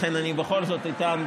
לכן אני בכל זאת אטען,